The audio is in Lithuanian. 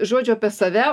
žodžiu apie save